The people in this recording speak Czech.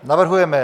Navrhujeme